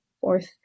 fourth